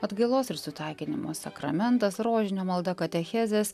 atgailos ir sutaikinimo sakramentas rožinio malda katechezės